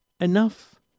enough